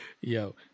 Yo